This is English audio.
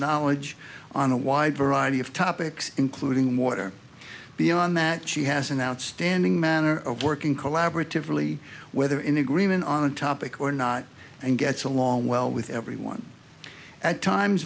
knowledge on a wide variety of topics including water beyond that she has an outstanding manner of working collaboratively whether in agreement on a topic or not and gets along well with everyone at times